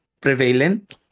Prevalent